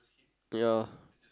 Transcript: ya